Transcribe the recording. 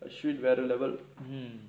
ashwin வேற:vera level